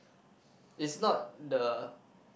is not the